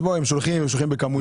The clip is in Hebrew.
הם שולחים בכמויות.